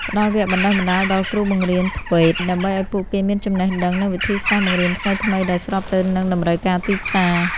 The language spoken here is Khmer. ផ្តល់វគ្គបណ្តុះបណ្តាលដល់គ្រូបង្រៀន ធ្វេត TVET ដើម្បីឱ្យពួកគេមានចំណេះដឹង និងវិធីសាស្ត្របង្រៀនថ្មីៗដែលស្របទៅនឹងតម្រូវការទីផ្សារ។